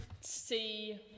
see